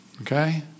okay